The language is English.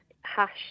Hash